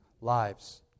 lives